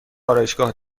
آرایشگاه